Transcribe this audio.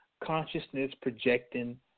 consciousness-projecting